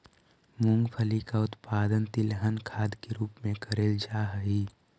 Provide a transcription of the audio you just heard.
मूंगफली का उत्पादन तिलहन खाद के रूप में करेल जा हई